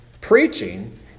preaching